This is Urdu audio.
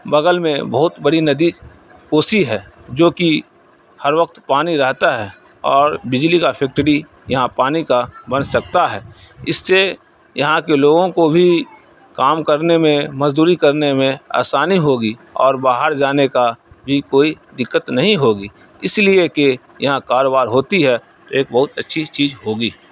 بغل میں بہت بڑی ندی کوسی ہے جو کہ ہر وقت پانی رہتا ہے اور بجلی کا فیکٹری یہاں پانی کا بن سکتا ہے اس سے یہاں کے لوگوں کو بھی کام کرنے میں مزدوری کرنے میں آسانی ہوگی اور باہر جانے کا بھی کوئی دقت نہیں ہوگی اس لیے کہ یہاں کاروبار ہوتی ہے تو ایک بہت اچھی چیز ہوگی